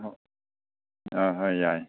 ꯑꯥ ꯍꯣꯏ ꯌꯥꯏꯌꯦ